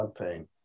pain